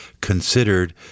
considered